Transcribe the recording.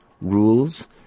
rules